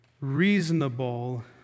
reasonable